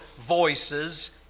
voices